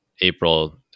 April